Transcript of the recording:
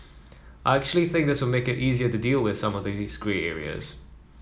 I actually think this will make it easier to deal with some of these grey areas